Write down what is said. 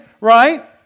right